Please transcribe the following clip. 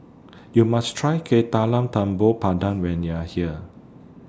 YOU must Try Kueh Talam Tepong Pandan when YOU Are here